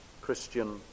Christian